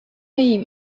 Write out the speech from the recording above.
jim